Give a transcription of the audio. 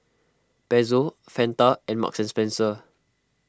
Pezzo Fanta and Marks and Spencer